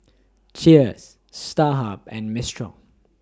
Cheers Starhub and Mistral